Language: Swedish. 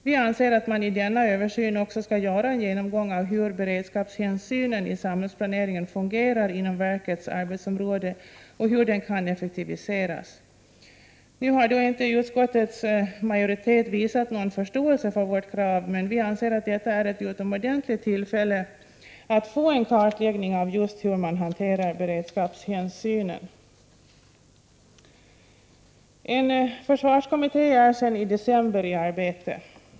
Vi anser att man i denna översyn skall göra en Prot. 1988/89:91 genomgång av hur beredskapshänsynen i samhällsplaneringen fungerarinom 6 april 1989 verkets arbetsområde och hur den kan effektiviseras. Utskottets majoritet har inte visat någon förståelse för vårt krav, men vi anser att detta är ett utomordentligt tillfälle att få en kartläggning av just hur man hanterar beredskapshänsynen. En försvarskommitté är sedan i december i arbete.